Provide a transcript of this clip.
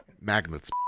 Magnets